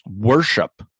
worship